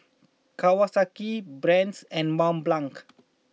Kawasaki Brand's and Mont Blanc